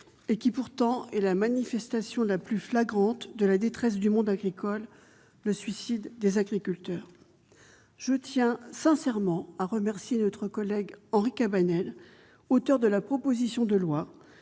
et qui est pourtant la manifestation la plus flagrante de la détresse du monde agricole : le suicide des agriculteurs. Je tiens à remercier notre collègue Henri Cabanel, auteur de la proposition de loi,